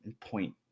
point